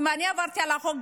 אם אני עברתי על החוק,